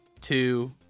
two